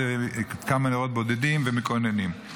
כמה נרות בודדים, ומקוננים.